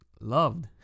loved